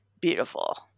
beautiful